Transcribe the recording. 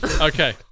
Okay